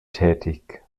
tätig